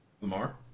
Lamar